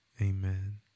Amen